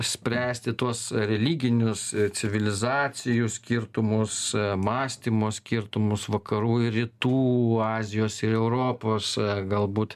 spręsti tuos religinius civilizacijų skirtumus mąstymo skirtumus vakarų ir rytų azijos ir europos galbūt